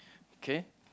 okay